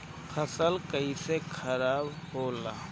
फसल कैसे खाराब होला?